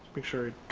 make sure.